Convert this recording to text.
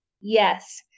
Yes